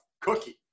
cookie